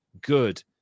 good